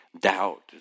Doubt